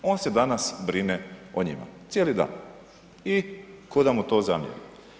On se danas brine o njima cijeli dan i tko da mu to zamjeri.